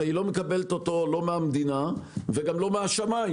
הרי היא לא מקבלת אותו לא מהמדינה וגם לא מהשמים.